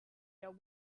are